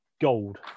gold